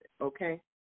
okay